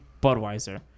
Budweiser